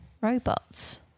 robots